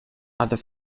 other